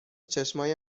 چشمای